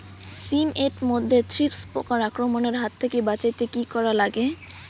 শিম এট মধ্যে থ্রিপ্স পোকার আক্রমণের হাত থাকি বাঁচাইতে কি করা লাগে?